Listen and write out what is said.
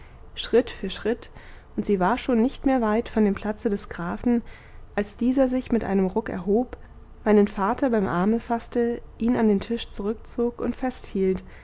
schritt für schritt und sie war schon nicht mehr weit von dem platze des grafen als dieser sich mit einem ruck erhob meinen vater beim arme faßte ihn an den tisch zurückzog und festhielt